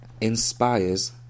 inspires